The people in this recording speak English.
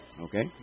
Okay